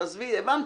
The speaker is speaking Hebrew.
תעזבי, הבנתי,